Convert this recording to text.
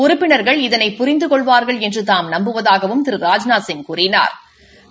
உறுப்பினா்கள் இதனை புரிந்து கொள்வாா்கள் என்று தாம் நம்புவதாகவும் திரு ராஜ்நாத்சிங் கூறினாா்